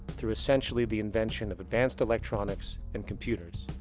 through essentially the invention of advanced electronics and computers.